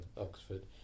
Oxford